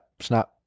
Snap